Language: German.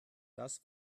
das